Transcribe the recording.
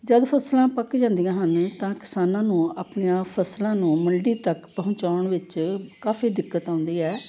ਜਦੋਂ ਫਸਲਾਂ ਪੱਕ ਜਾਂਦੀਆਂ ਹਨ ਤਾਂ ਕਿਸਾਨਾਂ ਨੂੰ ਆਪਣੀਆਂ ਫਸਲਾਂ ਨੂੰ ਮੰਡੀ ਤੱਕ ਪਹੁੰਚਾਉਣ ਵਿੱਚ ਕਾਫ਼ੀ ਦਿੱਕਤ ਆਉਂਦੀ ਹੈ